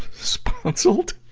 sponsoled?